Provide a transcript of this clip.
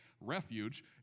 refuge